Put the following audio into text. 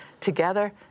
together